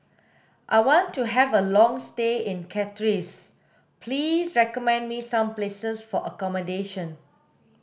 I want to have a long stay in Castries please recommend me some places for accommodation